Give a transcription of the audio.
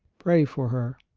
pray for her.